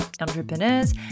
entrepreneurs